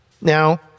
Now